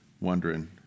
wondering